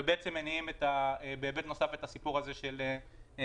ומניעים בהיבט נוסף את הסיפור הזה של עסקים